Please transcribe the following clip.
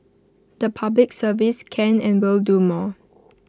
the Public Service can and will do more